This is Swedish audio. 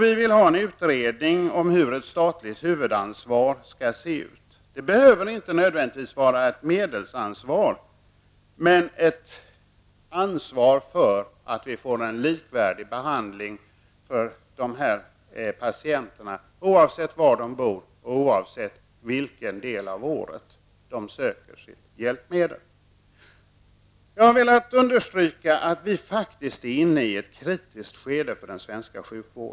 Vi vill ha en utredning om hur ett statligt huvudansvar skall se ut. Det behöver inte nödvändigtvis vara ett medelsansvar, men det skall finnas ett ansvar för att dessa patienter får en likvärdig behandling oavsett var de bor och oavsett under vilken del av året de behöver sitt hjälpmedel. Jag har velat understryka att den svenska sjukvården är inne i ett kritiskt skede.